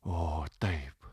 o taip